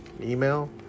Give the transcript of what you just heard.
email